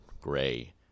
gray